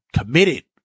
committed